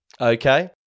Okay